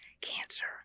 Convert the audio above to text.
cancer